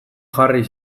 jarri